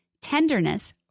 tenderness